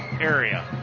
area